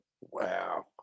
Wow